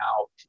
out